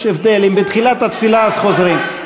יש הבדל, אם זה בתחילת התפילה אז חוזרים.